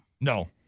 No